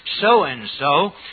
so-and-so